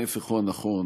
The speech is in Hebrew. ההפך הוא הנכון.